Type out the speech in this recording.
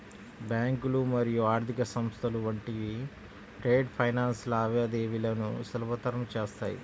బ్యాంకులు మరియు ఆర్థిక సంస్థలు వంటివి ట్రేడ్ ఫైనాన్స్ లావాదేవీలను సులభతరం చేత్తాయి